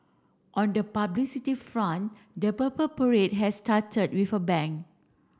on the publicity front the Purple Parade has started with a bang